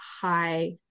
high